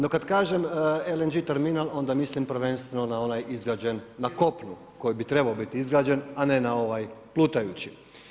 No, kad kažem LNG terminal onda mislim prvenstveno na onaj izgrađen na kopnu, koji bi trebao biti izgrađen, a ne na ovaj plutajući.